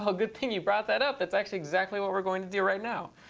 ah good thing you brought that up. that's actually exactly what we're going to do right now.